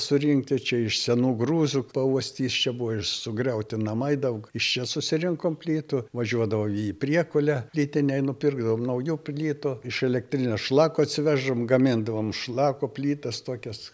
surinkti čia iš senų grūzų pauostys čia buvo ir sugriauti namai daug iš čia susirinkom plytų važiuodavom į priekulę ryte nei nupirkdavom naujų plytų iš elektrinės šlako atsiveždavom gamindavom šlako plytas tokias